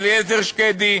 אליעזר שקדי,